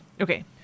Okay